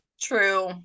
True